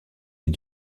est